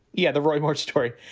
yeah. the roy moore story,